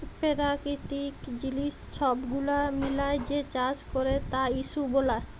পেরাকিতিক জিলিস ছব গুলা মিলাঁয় যে চাষ ক্যরে তার ইস্যু গুলা